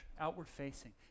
outward-facing